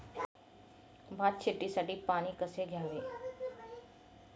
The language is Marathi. भात शेतीसाठी पाणी कसे द्यावे?